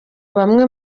bamwe